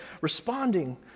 responding